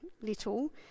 little